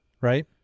right